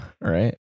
right